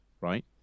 right